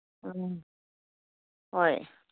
ꯎꯝ ꯍꯣꯏ